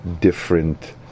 different